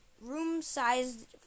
room-sized